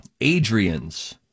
Adrian's